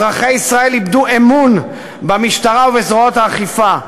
אזרחי ישראל איבדו אמון במשטרה ובזרועות האכיפה,